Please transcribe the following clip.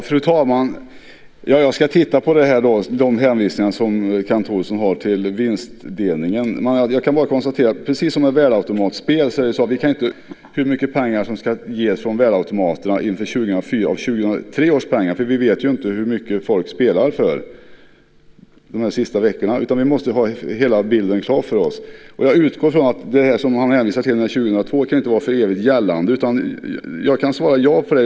Fru talman! Jag ska titta på de hänvisningar som Kent Olsson har till vinstdelningen. Jag kan bara konstatera att precis som vid värdeautomatspel kan vi inte fastställa hur mycket pengar som ska ges från värdeautomaterna inför 2004 av 2003 års pengar. Vi vet ju inte hur mycket människor spelar för de sista veckorna. Vi måste ha hela bilden klar för oss. Jag utgår från att det han hänvisar till med år 2002 inte kan vara för evigt gällande. Jag kan svara ja på den frågan.